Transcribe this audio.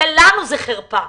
לנו זה חרפה,